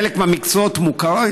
חלק מהמקצועות מוכרים